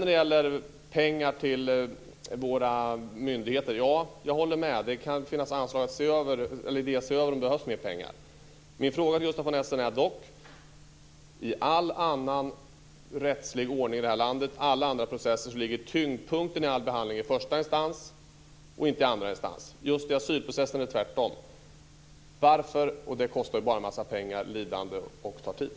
När det gäller pengar till våra myndigheter håller jag med. Det kan finnas anledning att se över om det behövs mer pengar. Sedan har jag en fråga till Gustaf von Essen. I alla andra rättsliga processer i det här landet ligger tyngdpunkten i behandlingen i första instans och inte i andra instans. I asylprocessen är det tvärtom. Varför? Det kostar bara en massa pengar, orsaker lidande och tar tid.